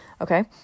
okay